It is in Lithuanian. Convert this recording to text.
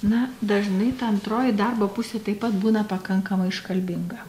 na dažnai ta antroji darbo pusė taip pat būna pakankamai iškalbinga